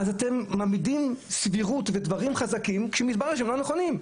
אז אתם מעמידים סבירות ודברים חזקים כשמתברר שהם לא נכונים,